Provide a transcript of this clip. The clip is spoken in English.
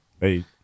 Hey